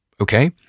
okay